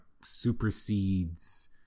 supersedes